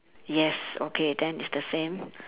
yes okay then it's the same